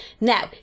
Now